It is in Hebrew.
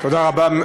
תודה רבה,